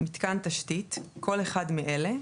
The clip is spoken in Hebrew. "מיתקן תשתית" כל אחד מאלה,